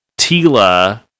Tila